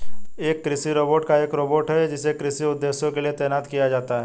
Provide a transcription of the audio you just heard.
एक कृषि रोबोट एक रोबोट है जिसे कृषि उद्देश्यों के लिए तैनात किया जाता है